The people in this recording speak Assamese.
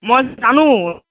মই জানো